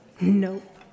Nope